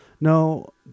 No